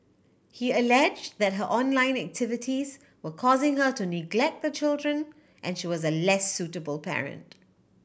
he allege that her online activities were causing her to neglect the children and she was a less suitable parent